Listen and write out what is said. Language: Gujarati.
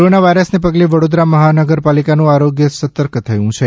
કોરોના વાઈરસને પગલે વડોદરા મહાનગરપાલિકાનું આરોગ્ય સતર્ક થયું છે